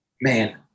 Man